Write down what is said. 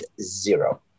zero